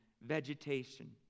vegetation